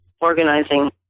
organizing